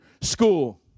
school